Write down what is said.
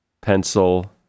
pencil